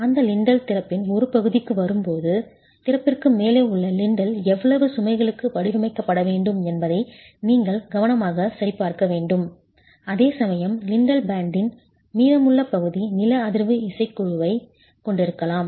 அந்த லிண்டல் திறப்பின் ஒரு பகுதிக்கு வரும்போது திறப்பிற்கு மேலே உள்ள லிண்டல் எவ்வளவு சுமைகளுக்கு வடிவமைக்கப்பட வேண்டும் என்பதை நீங்கள் கவனமாகச் சரிபார்க்க வேண்டும் அதேசமயம் லிண்டல் பேண்டின் மீதமுள்ள பகுதி நில அதிர்வு இசைக்குழுவைக் கொண்டிருக்கலாம்